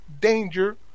danger